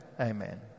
Amen